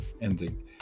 ending